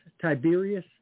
Tiberius